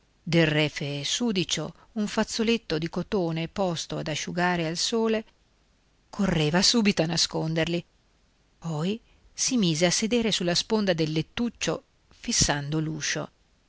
del refe sudicio un fazzoletto di cotone posto ad asciugare al sole correva subito a nasconderli poi si mise a sedere sulla sponda del lettuccio fissando